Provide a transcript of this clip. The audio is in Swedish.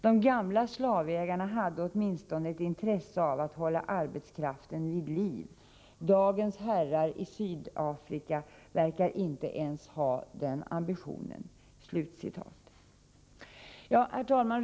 De gamla slavägarna hade åtminstone ett intresse av att hålla sin arbetskraft vid liv. Dagens herrar i Sydafrika verkar inte ens ha den ambitionen.” Herr talman!